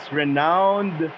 renowned